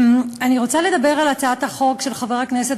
אני רוצה לדבר על הצעת החוק של חבר הכנסת